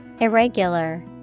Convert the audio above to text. Irregular